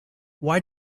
why